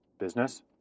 business